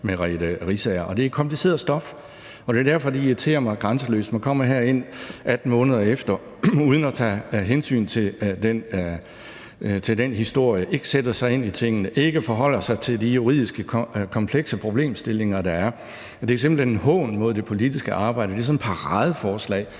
Riisager. Det er kompliceret stof, og det er jo derfor, det irriterer mig grænseløst, at man kommer herind 18 måneder efter uden at tage hensyn til den historie og ikke sætter sig ind i tingene, ikke forholder sig til de juridiske komplekse problemstillinger, der er. Det er simpelt hen en hån mod det politiske arbejde, og det er sådan et paradeforslag,